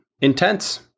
intense